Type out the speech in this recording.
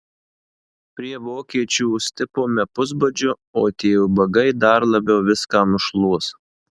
prie vokiečių stipome pusbadžiu o tie ubagai dar labiau viską nušluos